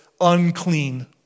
unclean